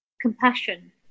compassion